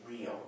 real